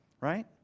right